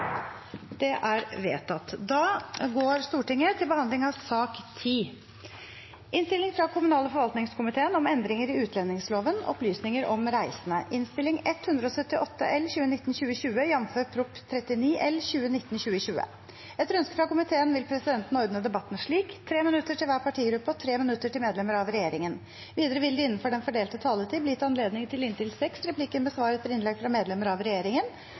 fra kommunal- og forvaltningskomiteen vil presidenten ordne debatten slik: 3 minutter til hver partigruppe og 3 minutter til medlemmer av regjeringen. Videre vil det – innenfor den fordelte taletid – bli gitt anledning til inntil seks replikker med svar etter innlegg fra medlemmer av regjeringen,